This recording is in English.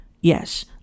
Yes